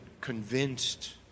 convinced